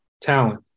talent